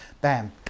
bam